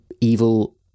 evil